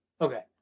Okay